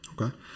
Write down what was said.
Okay